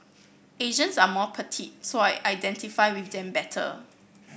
Asians are more petite so I identify with them better